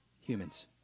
Humans